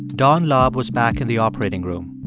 don laub was back in the operating room.